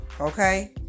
Okay